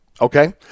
Okay